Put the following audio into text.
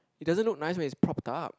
it doesn't look nice when it's propped up